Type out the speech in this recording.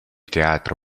teatro